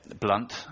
blunt